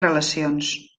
relacions